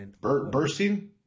Bursting